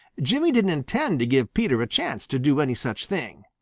jimmy didn't intend to give peter a chance to do any such thing.